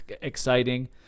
exciting